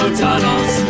tunnels